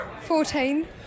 Fourteen